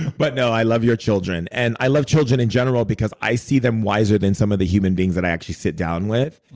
but, no, i love your children, and i love children in general because i see them wiser than some of the human beings that i actually sit down with.